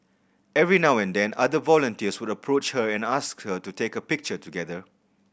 every now and then other volunteers would approach her and ask to take a picture together